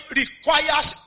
requires